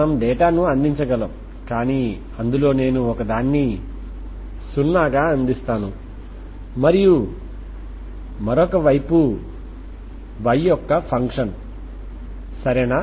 మనము డేటాను అందించగలము కానీ అందులో నేను ఒకదాన్ని సున్నాగా అందిస్తాను మరియు మరొక వైపు y యొక్క ఫంక్షన్ సరేనా